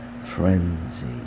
frenzy